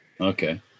Okay